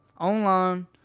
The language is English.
online